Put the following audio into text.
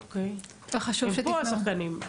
אוקיי, הם פה השחקנים.